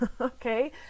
okay